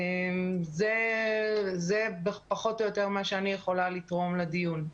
זה פחות או יותר מה שאני יכולה לתרום לדיון,